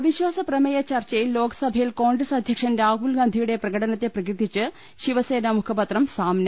അവിശ്വാസപ്രമേയ ചർച്ചയിൽ ലോക്സഭയിൽ കോൺഗ്രസ് അധ്യ ക്ഷൻ രാഹുൽഗാന്ധിയുടെ പ്രകടനത്തെ പ്രകീർത്തിച്ച് ശിവസേന മുഖ പത്രം സാമ്ന